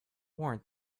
warrant